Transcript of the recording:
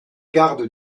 garde